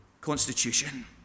Constitution